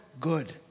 good